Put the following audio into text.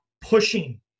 pushing